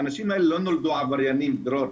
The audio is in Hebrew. האנשים האלה לא נולדו עבריינים דרור,